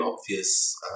obvious